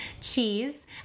cheese